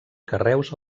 carreus